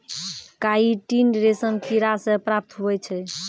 chitin रेशम किड़ा से प्राप्त हुवै छै